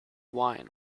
wine